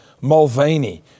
Mulvaney